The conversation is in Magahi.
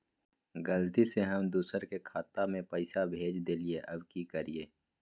गलती से हम दुसर के खाता में पैसा भेज देलियेई, अब की करियई?